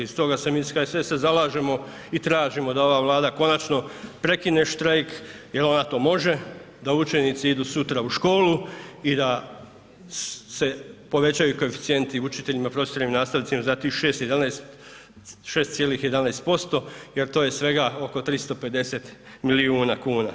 I stoga se mi iz HSS-a zalažemo i tražimo da ova Vlada konačno prekine štrajk jer ona to može, da učenici idu sutra u školu i da se povećaju koeficijenti učiteljima, profesorima i nastavnicima za tih 6,11% jer to je svega oko 350 milijuna kuna.